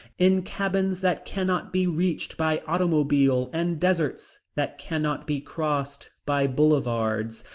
in cabins that cannot be reached by automobile and deserts that cannot be crossed by boulevards,